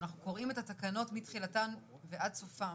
כשאנחנו קוראים את התקנות מתחילתן ועד סופן,